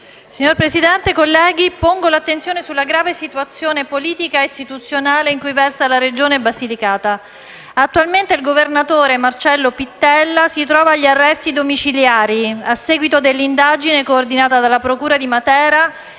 Signor Presidente, colleghi, pongo alla vostra attenzione la grave situazione politica ed istituzionale in cui versa la Regione Basilicata. Attualmente il governatore Marcello Pittella si trova agli arresti domiciliari a seguito dell'indagine, coordinata dalla procura di Matera